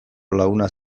lagunak